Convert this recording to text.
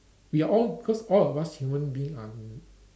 we are all because all of us human being are